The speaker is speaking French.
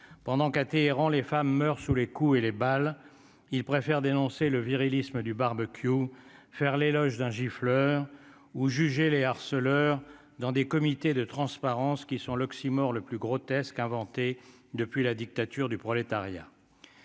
pendant qu'à Téhéran, les femmes meurent sous les coups et les balles, il préfère dénoncer le virilistes du barbecue, faire l'éloge d'un gifle heures ou juger les harceleurs dans des comités de transparence qui sont l'oxymore le plus grotesque inventé depuis la dictature du prolétariat,